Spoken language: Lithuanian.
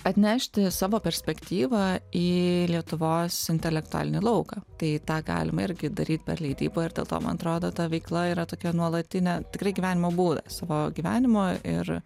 atnešti savo perspektyvą į lietuvos intelektualinį lauką tai tą galima irgi daryt per leidybą ir dėl to man atrodo ta veikla yra tokia nuolatinė tikrai gyvenimo būdas savo gyvenimo ir